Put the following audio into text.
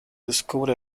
descubre